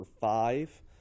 five